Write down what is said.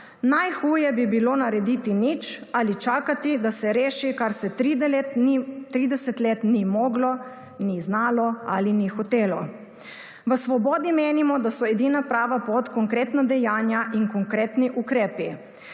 Najhuje bi bilo narediti nič ali čakati, da se reši kar se 30 let ni moglo, ni znalo ali ni hotelo. V Svobodi menimo, da so edina prava pot konkretna dejanja in konkretni ukrepi.